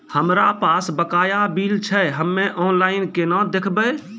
हमरा पास बकाया बिल छै हम्मे ऑनलाइन केना देखबै?